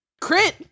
Crit